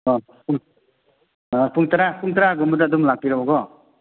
ꯄꯨꯡ ꯄꯨꯡ ꯇꯔꯥ ꯄꯨꯡ ꯇꯔꯥꯒꯨꯝꯕꯗ ꯑꯗꯨꯝ ꯂꯥꯛꯄꯤꯔꯣꯕꯀꯣ